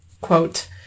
quote